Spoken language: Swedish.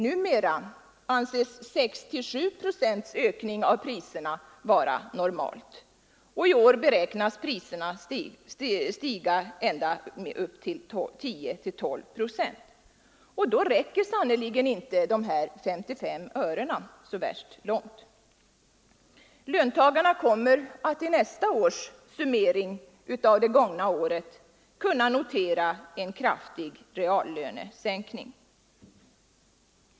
Numera anses 6—7 procents ökning av priserna vara normalt. Och i år beräknas priserna stiga med ända upp till 10—12 procent. Då räcker sannerligen inte de här 55 örena så värst långt. Vid nästa års summering av det gångna året kommer löntagarna att kunna notera en kraftig reallönesänkning.